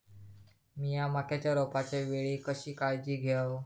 मीया मक्याच्या रोपाच्या वेळी कशी काळजी घेव?